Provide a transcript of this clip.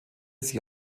sie